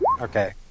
Okay